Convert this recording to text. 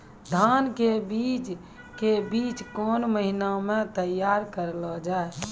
धान के बीज के बीच कौन महीना मैं तैयार करना जाए?